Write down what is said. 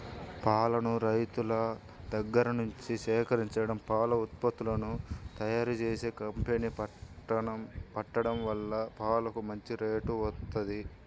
పాలను రైతుల దగ్గర్నుంచి సేకరించడం, పాల ఉత్పత్తులను తయ్యారుజేసే కంపెనీ పెట్టడం వల్ల పాలకు మంచి రేటు వత్తంది